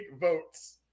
votes